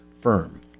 firm